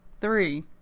three